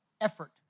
effort